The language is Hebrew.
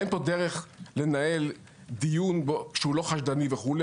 אין פה דרך לנהל דיון שהוא לא חשדני וכולי.